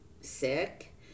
sick